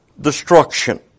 destruction